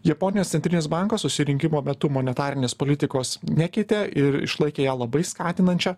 japonijos centrinis bankas susirinkimo metu monetarinės politikos nekeitė ir išlaikė ją labai skatinančią